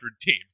teams